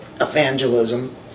evangelism